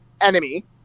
enemy